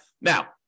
Now